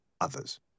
others